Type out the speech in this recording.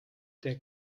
der